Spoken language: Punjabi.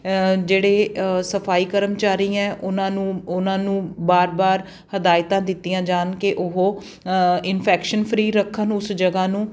ਜਿਹੜੇ ਸਫ਼ਾਈ ਕਰਮਚਾਰੀ ਹੈ ਉਹਨਾਂ ਨੂੰ ਉਹਨਾਂ ਨੂੰ ਬਾਰ ਬਾਰ ਹਦਾਇਤਾਂ ਦਿੱਤੀਆਂ ਜਾਣ ਕਿ ਉਹ ਇਨਫੈਕਸ਼ਨ ਫਰੀ ਰੱਖਣ ਉਸ ਜਗ੍ਹਾ ਨੂੰ